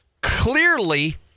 clearly